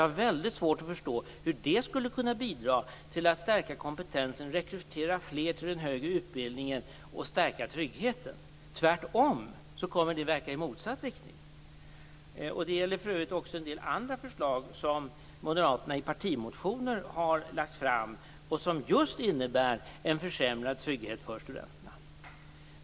Jag har väldigt svårt att förstå hur det skulle kunna bidra till att stärka kompetensen, rekrytera fler till den högre utbildningen och stärka tryggheten. Tvärtom skulle det verka i motsatt riktning. Det gäller för övrigt också en del andra förslag som Moderaterna i partimotioner lagt fram och som innebär just en försämrad trygghet för studenterna.